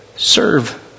Serve